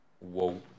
Whoa